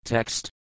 Text